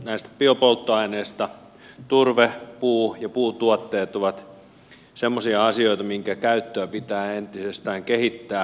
näistä biopolttoaineista turve puu ja puutuotteet ovat semmoisia asioita minkä käyttöä pitää entisestään kehittää